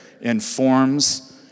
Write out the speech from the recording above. informs